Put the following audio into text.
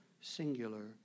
singular